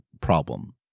problem